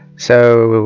so,